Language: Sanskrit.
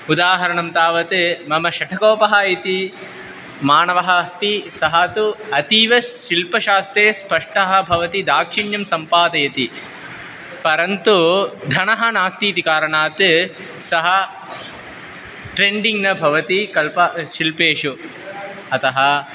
उदाहरणं तावत् मम षठकोपः इति मानवः अस्ति सः तु अतीवशिल्पशास्त्रे स्पष्टः भवति दाक्षिण्यं सम्पादयति परन्तु धनं नास्ति इति कारणात् सः स् ट्रेण्डिङ्ग् न भवति कल्पशिल्पेषु अतः